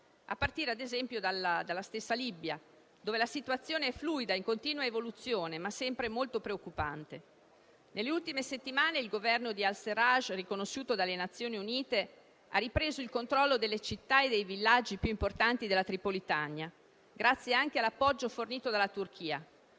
a partire - ad esempio - dalla stessa Libia, dove la situazione è fluida, in continua evoluzione, ma sempre molto preoccupante. Nelle ultime settimane il Governo di al-Serraj, riconosciuto dalle Nazioni Unite, ha ripreso il controllo delle città e dei villaggi più importanti della Tripolitania, grazie anche all'appoggio fornito dalla Turchia;